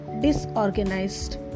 disorganized